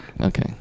Okay